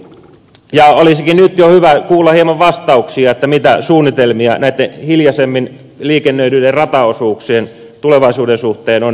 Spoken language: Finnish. ja olisikin nyt jo hyvä kuulla hieman vastauksia mitä suunnitelmia ja mietteitä näitten hiljaisemmin liikennöityjen rataosuuksien tulevaisuuden suhteen on